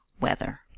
WEATHER